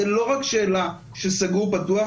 זה לא רק שאלה של סגור פתוח,